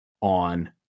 on